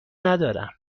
ندارم